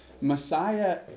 Messiah